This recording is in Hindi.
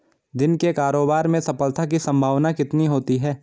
दिन के कारोबार में सफलता की संभावना कितनी होती है?